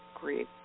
Great